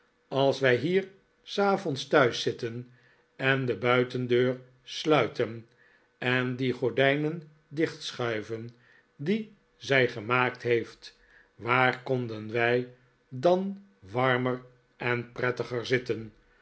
als wij hier s avonds thuis zitten en de buitendeur sluiten en die gordijnen dichtschuiven die zij gemaakt heeft waar konden wij dan warmer en prettiger zitten